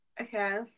Okay